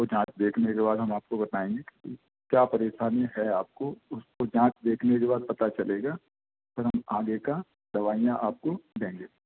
और जाँच देखने के बाद हम आपको बताएँगे कि क्या परेशानी है आपको उसको जाँच देखने के बाद पता चलेगा फिर हम आगे का दवाईयाँ आपको देंगे